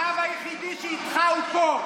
הרב היחידי שאיתך הוא פה.